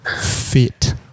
Fit